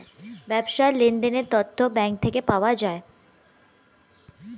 ব্যবসার লেনদেনের তথ্য ব্যাঙ্ক থেকে পাওয়া যায়